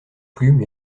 plume